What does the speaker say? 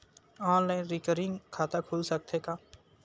Online recurring खाता खुल सकथे का?